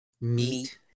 Meat